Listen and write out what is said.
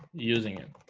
using it